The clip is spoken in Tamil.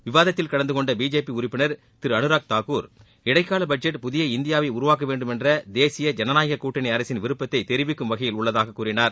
விவாதத்தில் கலந்தகொண்ட பிஜேபி உறுப்பினர் திரு அனுராக் தாகூர் இடைக்கால பட்ஜெட் புதிய இந்தியாவை உருவாக்க வேண்டும் என்ற தேசிய ஜனநாயக கூட்டனி அரசின் விருப்பத்தை தெரிவிக்கும் வகையில் உள்ளதாக கூறினார்